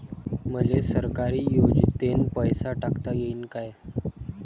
मले सरकारी योजतेन पैसा टाकता येईन काय?